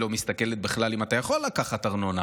היא לא מסתכלת בכלל אם אתה יכול לקחת ארנונה